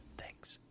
thanks